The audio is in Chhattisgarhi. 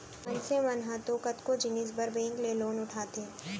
मनसे मन ह तो कतको जिनिस बर बेंक ले लोन उठाथे